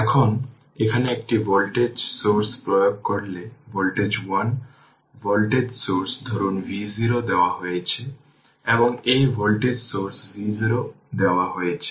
এখন এখানে একটি ভোল্টেজ সোর্স প্রয়োগ করলে ভোল্টেজ 1 ভোল্টেজ সোর্স ধরুন V0 দেওয়া হয়েছে এবং এই ভোল্টেজ সোর্স V0 দেওয়া হয়েছে